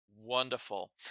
Wonderful